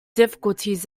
difficulties